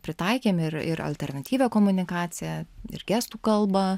pritaikėm ir ir alternatyvią komunikaciją ir gestų kalbą